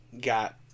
got